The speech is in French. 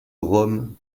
rome